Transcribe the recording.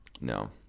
no